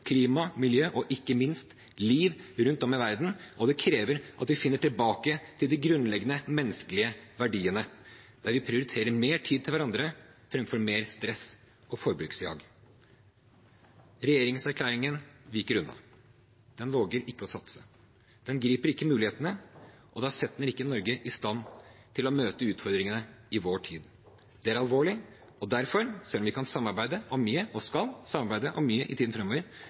klima, miljø og ikke minst liv rundt om i verden. Det krever at vi finner tilbake til de grunnleggende menneskelige verdiene, der vi prioriterer mer tid til hverandre framfor mer stress og forbruksjag. Regjeringserklæringen viker unna – den våger ikke å satse. Den griper ikke mulighetene, og da setter den ikke Norge i stand til å møte utfordringene i vår tid. Det er alvorlig, og derfor – selv om vi kan samarbeide om mye og skal samarbeide om mye i tiden